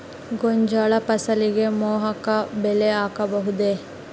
ಗೋಂಜಾಳ ಫಸಲಿಗೆ ಮೋಹಕ ಬಲೆ ಹಾಕಬಹುದೇ?